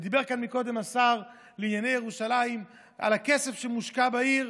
ודיבר כאן קודם השר לענייני ירושלים על הכסף שמושקע בעיר,